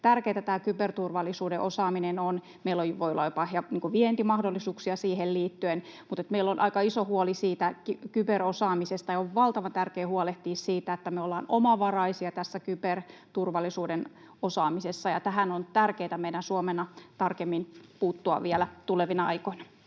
tärkeätä tämä kyberturvallisuuden osaaminen on. Meillä voi olla jopa vientimahdollisuuksia siihen liittyen, mutta meillä on aika iso huoli siitä kyberosaamisesta. On valtava tärkeätä huolehtia siitä, että me ollaan omavaraisia tässä kyberturvallisuuden osaamisessa, ja tähän on tärkeätä meidän Suomena tarkemmin puuttua vielä tulevina aikoina.